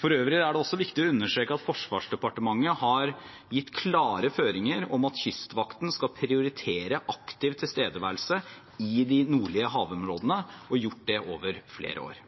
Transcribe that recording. For øvrig er det også viktig å understreke at Forsvarsdepartementet har gitt klare føringer om at Kystvakten skal prioritere aktiv tilstedeværelse i de nordlige havområdene, og det har de gjort over flere år.